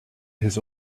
his